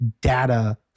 data